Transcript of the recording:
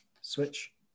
switch